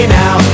now